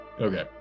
Okay